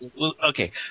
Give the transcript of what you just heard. Okay